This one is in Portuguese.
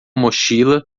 mochila